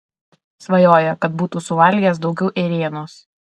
svajoja kad būtų suvalgęs daugiau ėrienos